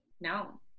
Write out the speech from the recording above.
No